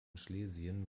schlesien